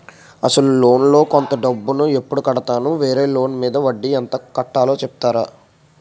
అసలు లోన్ లో కొంత డబ్బు ను ఎప్పుడు కడతాను? వేరే లోన్ మీద వడ్డీ ఎంత కట్తలో చెప్తారా?